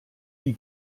die